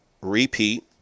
repeat